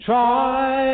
Try